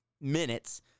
minutes